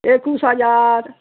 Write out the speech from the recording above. একুশ হাজার